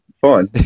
fine